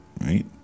right